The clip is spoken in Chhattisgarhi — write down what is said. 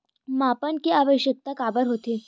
मापन के आवश्कता काबर होथे?